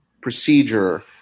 procedure